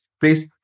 Please